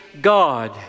God